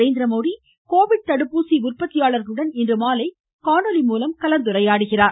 Narendra Modi Covid தடுப்பூசி உற்பத்தியாளர்களுடன் இன்று மாலை காணொலி மூலம் கலந்துரையாடுகிறார்